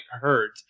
hurt